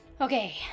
okay